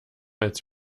als